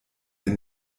wenn